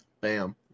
Bam